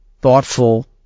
thoughtful